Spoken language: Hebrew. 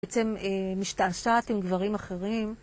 היא בעצם משתעשעת עם גברים אחרים.